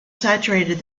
saturated